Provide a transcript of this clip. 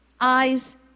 eyes